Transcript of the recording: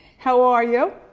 how are you?